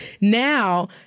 Now